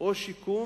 או שיקום.